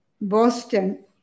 Boston